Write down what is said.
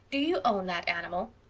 do you own that animal?